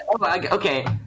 Okay